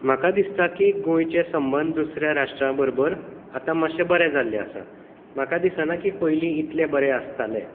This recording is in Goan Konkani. म्हाका दिसता की गोंयचे संबंद दुसऱ्या राश्ट्रां बरोबर आतां मातशें बरें जाल्लें आसा म्हाका दिसना की पयलीं इतले बरें आसतालें